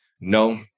No